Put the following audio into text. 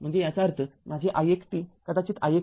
म्हणजे याचा अर्थ माझे i१t कदाचित i१ आहे